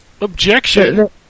Objection